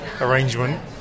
arrangement